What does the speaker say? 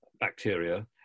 bacteria